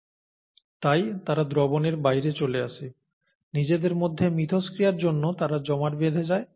তাই তারা দ্রবণের বাইরে চলে আসে নিজেদের মধ্যে মিথস্ক্রিয়ার জন্য তারা জমাট বেধে যায়